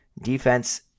Defense